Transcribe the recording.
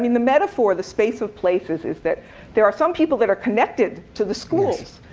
i mean the metaphor, the space of places, is that there are some people that are connected to the schools,